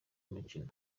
mukino